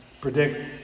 predict